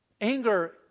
Anger